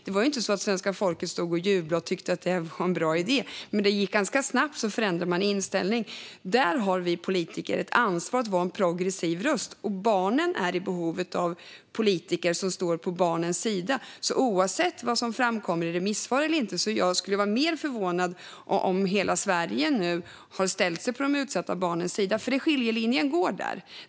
Det var inte så att svenska folket jublade och tyckte att det var en bra idé, men man förändrade snabbt inställning. Där har vi politiker ett ansvar att vara en progressiv röst, och barnen är i behov av politiker som står på barnens sida. Oavsett vad som framkommer i remissvar eller inte skulle jag vara mer förvånad om hela Sverige har ställt sig på de utsatta barnens sida. Skiljelinjen går där.